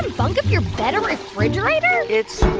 bunk of your bed a refrigerator? it's,